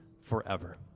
forever